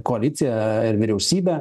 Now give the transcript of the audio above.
koaliciją ir vyriausybę